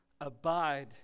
Abide